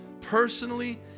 personally